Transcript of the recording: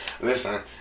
Listen